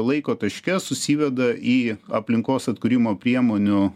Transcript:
laiko taške susiveda į aplinkos atkūrimo priemonių